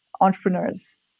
entrepreneurs